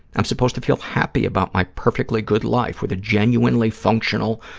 i'm supposed to feel happy about my perfectly good life with a genuinely functional,